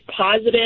positive